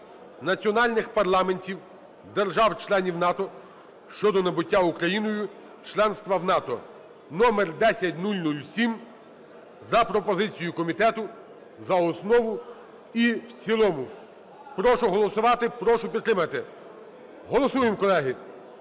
національних парламентів держав-членів НАТО "Щодо набуття Україною членства в НАТО" (№ 10007) за пропозицією комітету за основу і в цілому. Прошу голосувати, прошу підтримати. Голосуємо, колеги,